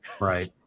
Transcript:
Right